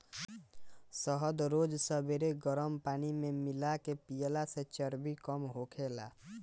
शहद रोज सबेरे गरम पानी में मिला के पियला से चर्बी कम होखेला